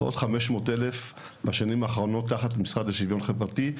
ועוד 500 אלף בשנים האחרונות שנמצאים תחת המשרד לשוויון חברתי,